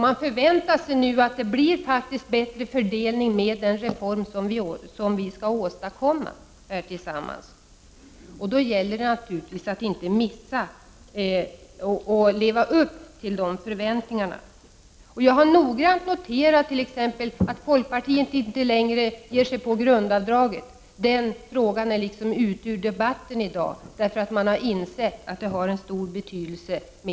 Man förväntar sig nu att det faktiskt blir bättre fördelning med den reform som vi här tillsammans skall åstadkomma. Då gäller det naturligtvis att leva upp till de förväntningarna. Jag har noggrant noterat att folkpartiet inte längre ger sig på grundavdraget. Den frågan är ute ur debatten i dag, eftersom man har insett att ett grundavdrag har stor betydelse.